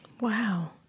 Wow